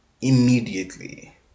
immediately